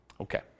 Okay